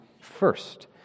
first